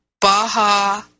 Baja